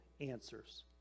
answers